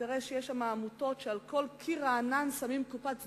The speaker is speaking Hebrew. תראה שיש שם עמותות ועל כל קיר רענן שמות קופת צדקה,